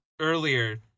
earlier